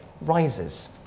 rises